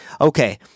Okay